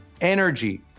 energy